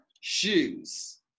shoes